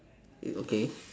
y~ okay